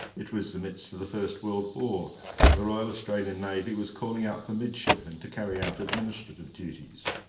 it was the midst of the first world war and the royal australian navy was calling out for midshipmen to carry out administrative duties.